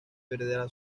perderá